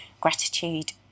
gratitude